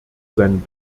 seinen